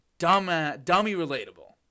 Dummy-relatable